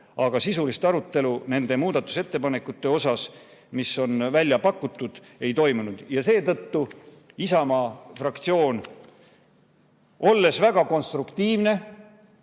aga sisulist arutelu nende muudatusettepanekute üle, mis on välja pakutud, ei toimunud. Seetõttu Isamaa fraktsioon, olles väga konstruktiivne,